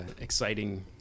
exciting